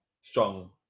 strong